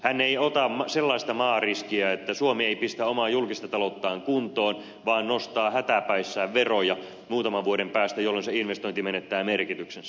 hän ei ota sellaista maariskiä että suomi ei pistä omaa julkista talouttaan kuntoon vaan nostaa hätäpäissään veroja muutaman vuoden päästä jolloin se investointi menettää merkityksensä